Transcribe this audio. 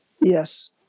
Yes